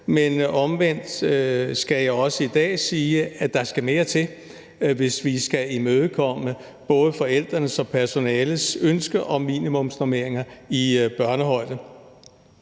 men omvendt skal jeg også i dag sige, at der skal mere til, hvis vi skal imødekomme både forældrenes og personalets ønske om minimumsnormeringer i børnehøjde.